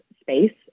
space